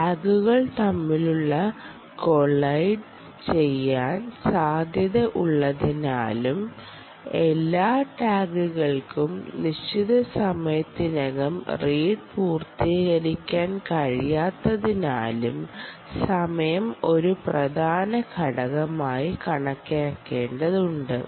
ടാഗുകൾ തമ്മിൽ കൊളൈഹയ്ഡ് ചെയ്യാൻ സാധ്യത ഉള്ളതിനാലും എല്ലാ ടാഗുകൾക്കും നിശ്ചിത സമയത്തിനകം റീഡ് പൂർത്തീകരിക്കാൻ കഴിയാത്തതിനാലും സമയം ഒരു പ്രധാന ഘടകമായി കണക്കാക്കേണ്ടതുണ്ട്